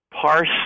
parse